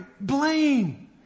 Blame